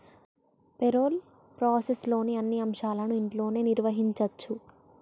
payroll ప్రాసెస్లోని అన్ని అంశాలను ఇంట్లోనే నిర్వహించచ్చు